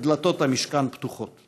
את דלתות משכן הכנסת פתוחות,